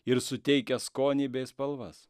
ir suteikia skonį bei spalvas